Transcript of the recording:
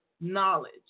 knowledge